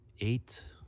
Eight